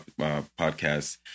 podcasts